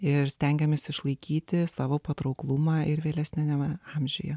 ir stengiamės išlaikyti savo patrauklumą ir vėlesniame amžiuje